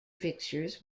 fixtures